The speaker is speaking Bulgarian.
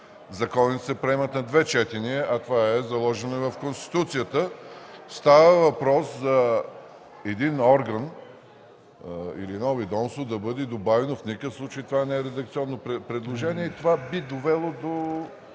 законите се приемат на две четения, това е заложено и в Конституцията. Става въпрос за един орган или ведомство, което да бъде добавено и в никакъв случай това не е редакционно предложение. Това би довело